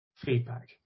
feedback